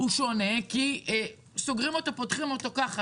הוא שונה כי סוגרים אותו ופותחים אותו בלי בעיה בכלל.